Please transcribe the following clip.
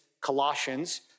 Colossians